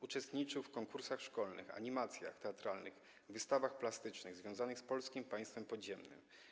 Uczestniczył w konkursach szkolnych, animacjach teatralnych, wystawach plastycznych związanych z Polskim Państwem Podziemnym.